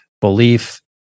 belief